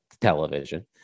television